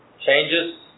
changes